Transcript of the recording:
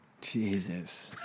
Jesus